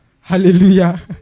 Hallelujah